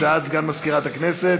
הודעת סגן מזכירת הכנסת.